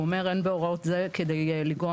הוא אומר: אין בהוראות סעיף זה כדי לגרוע